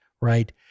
right